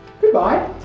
goodbye